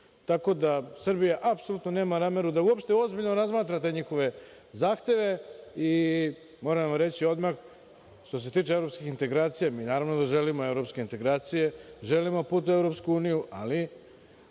Tako da Srbija apsolutno nema nameru da uopšte ozbiljno razmatra te njihove zahteve i, moram vam reći odmah što se tiče evropskih integracija, naravno da želimo evropske integracije, želimo put u EU, ali